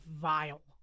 vile